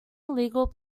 illegal